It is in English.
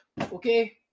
okay